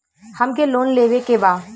हमके लोन लेवे के बा?